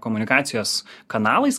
komunikacijos kanalais